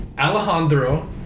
Alejandro